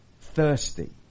thirsty